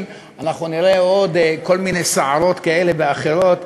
אנחנו נראה עוד כל מיני סערות כאלה ואחרות,